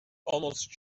almost